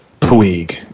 Puig